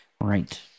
right